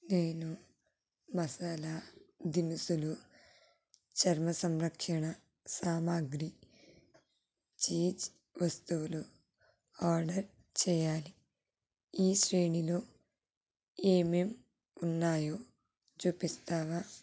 నేను మసాలా దినుసులు చర్మ సంరక్షణ సామాగ్రి చీజ్ వస్తువులు ఆర్డర్ చేయాలి ఈ శ్రేణిలో ఏమేం ఉన్నాయో చూపిస్తావా